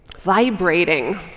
vibrating